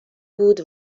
بود